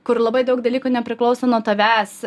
kur labai daug dalykų nepriklauso nuo tavęs